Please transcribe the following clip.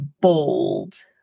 bold